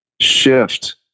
shift